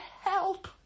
help